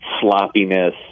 sloppiness